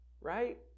Right